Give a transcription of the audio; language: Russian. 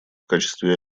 качестве